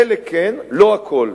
חלק כן, לא הכול.